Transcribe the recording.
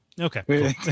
Okay